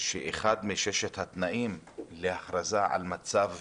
שאחד מששת התנאים להכרזה על מצב